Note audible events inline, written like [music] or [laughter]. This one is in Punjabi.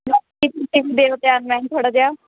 [unintelligible] ਦਿਓ ਧਿਆਨ ਮੈਮ ਥੋੜ੍ਹਾ ਜਿਹਾ